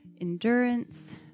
endurance